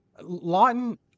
Lawton